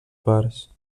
parts